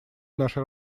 нашей